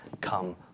come